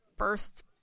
first